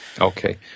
okay